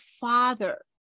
Father